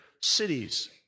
cities